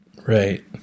Right